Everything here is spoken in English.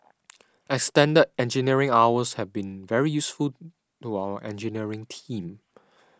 extended engineering hours have been very useful to our engineering team